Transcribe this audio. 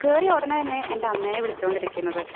കയറിയൊടനന്നെ എന്റെ അമ്മയെ വിളിച്ചോണ്ടിരിക്കുന്നത്